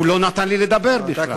הוא לא נתן לי לדבר בכלל.